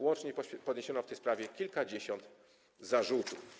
Łącznie podniesiono w tej sprawie kilkadziesiąt zarzutów.